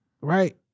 right